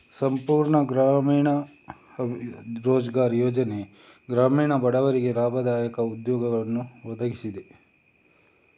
ಸಂಪೂರ್ಣ ಗ್ರಾಮೀಣ ರೋಜ್ಗಾರ್ ಯೋಜನೆ ಗ್ರಾಮೀಣ ಬಡವರಿಗೆ ಲಾಭದಾಯಕ ಉದ್ಯೋಗವನ್ನು ಒದಗಿಸಿದೆ